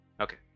Okay